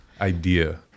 idea